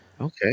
Okay